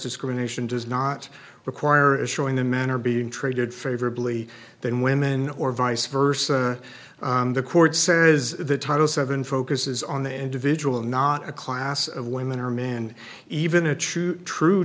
discrimination does not require a showing the men are being treated favorably than women or vice versa the court says that title seven focuses on the individual not a class of women or men and even a true true